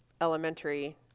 elementary